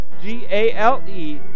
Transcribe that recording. G-A-L-E